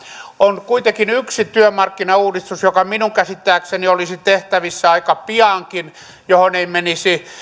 on kuitenkin yksi työmarkkinauudistus joka minun käsittääkseni olisi tehtävissä aika piankin johon ei menisi